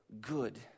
good